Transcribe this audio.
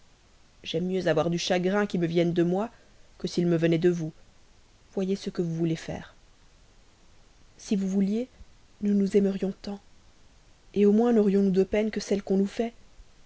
encore mieux avoir du chagrin qui me vienne de moi que s'il me venait de vous voyez ce que vous voulez faire si vous vouliez nous nous aimerions tant au moins naurions nous de peines que celles qu'on nous fait